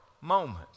moment